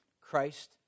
Christ